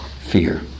fear